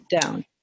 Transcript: down